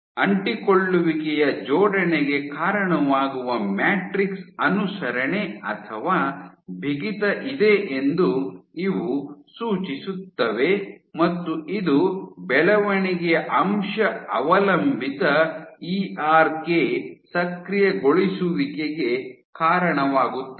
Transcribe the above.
ಅಂಟಿಕೊಳ್ಳುವಿಕೆಯ ಜೋಡಣೆಗೆ ಕಾರಣವಾಗುವ ಮ್ಯಾಟ್ರಿಕ್ಸ್ ಅನುಸರಣೆ ಅಥವಾ ಬಿಗಿತ ಇದೆ ಎಂದು ಇವು ಸೂಚಿಸುತ್ತವೆ ಮತ್ತು ಇದು ಬೆಳವಣಿಗೆಯ ಅಂಶ ಅವಲಂಬಿತ ಇ ಆರ್ ಕೆ ಸಕ್ರಿಯಗೊಳಿಸುವಿಕೆಗೆ ಕಾರಣವಾಗುತ್ತದೆ